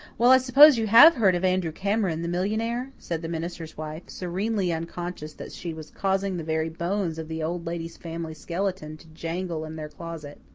well, i suppose you have heard of andrew cameron, the millionaire? said the minister's wife, serenely unconscious that she was causing the very bones of the old lady's family skeleton to jangle in their closet.